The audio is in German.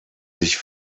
sich